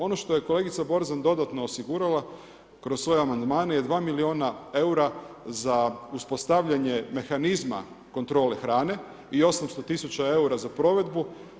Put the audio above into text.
Ono što je kolegica Borzan dodatno osigurala kroz svoje amandmane je 2 milijuna eura za uspostavljanje mehanizma kontrole hrane i 800 000 eura za provedbu.